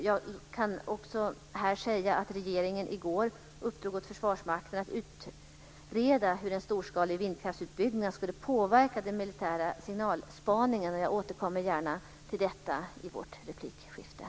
Jag kan säga att regeringen i går uppdrog åt Försvarsmakten att utreda hur en storskalig vindkraftsutbyggnad skulle påverka den militära signalspaningen. Jag återkommer till detta i replikskiftet.